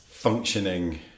Functioning